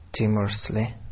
timorously